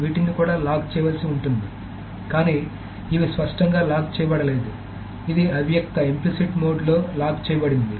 వీటిని కూడా లాక్ చేయాల్సి ఉంటుంది కానీ ఇవి స్పష్టంగా లాక్ చేయబడలేదు ఇది అవ్యక్త మోడ్లో లాక్ చేయబడింది